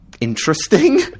interesting